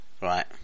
Right